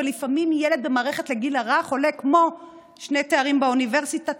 ולפעמים ילד במערכת לגיל הרך עולה כמו שני תארים באוניברסיטה,